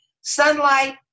Sunlight